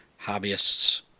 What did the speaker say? hobbyists